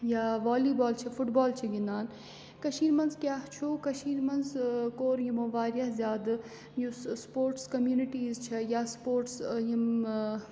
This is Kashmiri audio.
یا والی بال چھِ فُٹ بال چھِ گِنٛدان کٔشیٖر منٛز کیاہ چھُ کٔشیٖر منٛز کوٚر یِمو واریاہ زیادٕ یُس سپوٹٕس کمنِٹیٖز چھِ یا سپوٹٕس یِم